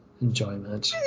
enjoyment